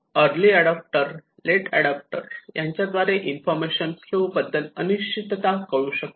early adopter late adopter यांच्याद्वारे information flow बद्दल अनिश्चितता कळू शकते